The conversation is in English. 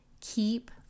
keep